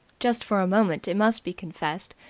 just for a moment it must be confessed,